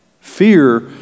Fear